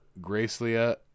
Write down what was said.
Gracelia